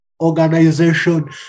organization